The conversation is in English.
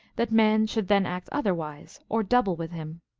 that man should then act otherwise, or double with him.